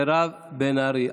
מירב בן ארי,